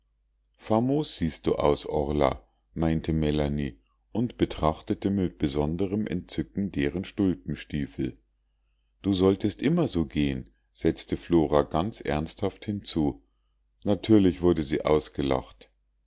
siehst du aus orla meinte melanie und betrachtete mit besonderem entzücken deren stulpenstiefel du solltest immer so gehen setzte flora ganz ernsthaft hinzu natürlich wurde sie ausgelacht